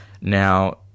Now